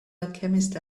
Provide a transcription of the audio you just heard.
alchemist